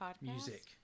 Music